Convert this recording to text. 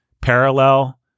parallel